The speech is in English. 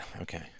Okay